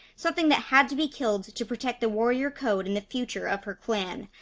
something that had to be killed to protect the warrior code in the future of her clan.